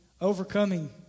Overcoming